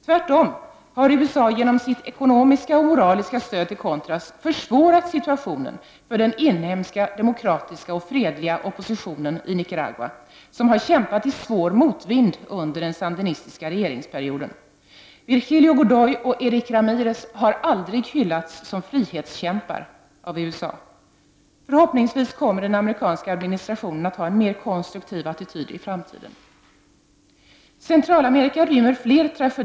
Tvärtom har USA genom sitt ekonomiska och moraliska stöd till contras försvårat situationen för den inhemska, demokratiska och fredliga oppositionen i Nicaragua, som har kämpat i svår motvind under den sandinistiska regeringsperioden. Virgilio Godoy och Erick Ramirez har aldrig hyllats som frihetskämpar av USA. Förhoppningsvis kommer den amerikanska administrationen att inta en mer konstruktiv attityd i framtiden. Centralamerika rymmer fler tragedier.